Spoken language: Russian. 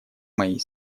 моей